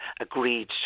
agreed